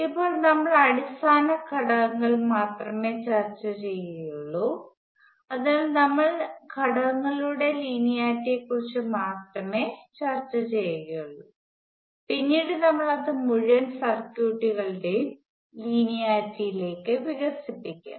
ഇപ്പോൾ നമ്മൾ അടിസ്ഥാന ഘടകങ്ങൾ മാത്രമേ ചർച്ച ചെയ്തിട്ടുള്ളൂ അതിനാൽ നമ്മൾ ഘടകങ്ങളുടെ ലിനിയാരിട്ടിയെക്കുറിച്ച് മാത്രമേ ചർച്ച ചെയ്യുകയുള്ളൂ പിന്നീട് നമ്മൾ അത് മുഴുവൻ സർക്യൂട്ടുകളുടെയും ലിനിയാരിട്ടിയിലേക്ക് വികസിപ്പിക്കും